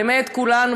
באמת כולנו,